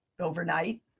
overnight